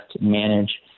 manage